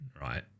right